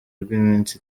rw’iminsi